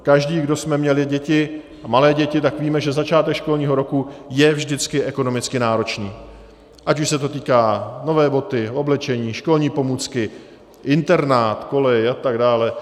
Každý, kdo jsme měli děti, a malé děti, tak víme, že začátek školního roku je vždycky ekonomicky náročný, ať už se to týká: nové boty, oblečení, školní pomůcky, internát, kolej a tak dále.